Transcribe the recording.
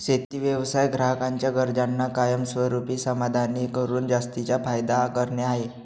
शेती व्यवसाय ग्राहकांच्या गरजांना कायमस्वरूपी समाधानी करून जास्तीचा फायदा करणे आहे